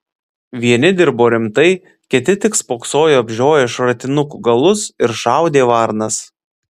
vieni dirbo rimtai kiti tik spoksojo apžioję šratinukų galus ir šaudė varnas